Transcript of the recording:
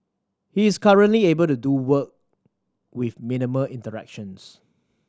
he is currently able to do work with minimal interactions